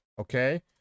okay